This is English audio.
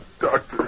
doctor